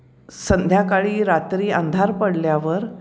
संध्याकाळी रात्री अंधार पडल्यावर